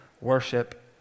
worship